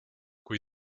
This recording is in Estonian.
kui